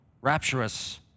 rapturous